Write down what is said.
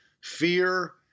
fear